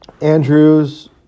Andrews